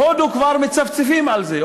בהודו כבר מצפצפים על זה,